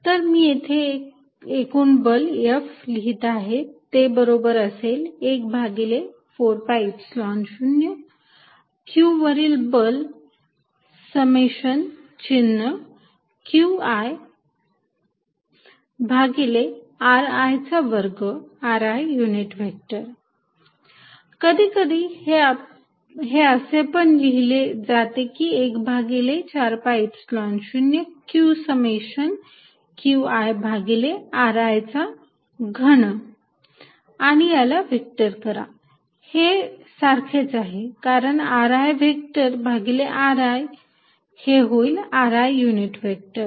तर मी इथे एकूण बल F लिहीत आहे ते बरोबर असेल एक भागिले 4 pi Epsilon 0 q वरील बल समेशन चिन्ह q i भागिले r i चा वर्ग r i unit vector Fnet14π0qQiri2ri कधीकधी हे असे पण लिहिले जाते की एक भागिले 4 pi Epsilon 0 q summation Qi भागिले r i चा घन आणि याला व्हेक्टर करा हे सारखेच आहे कारण ri व्हेक्टर भागिले ri हे होईल r i युनिट व्हेक्टर